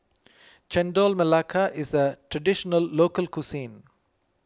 Chendol Melaka is a Traditional Local Cuisine